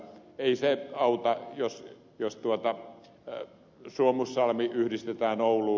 ei se auta jos suomussalmi yhdistetään ouluun